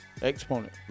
Exponent